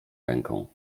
ręką